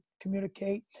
communicate